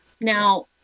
Now